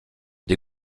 des